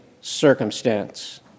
circumstance